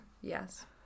Yes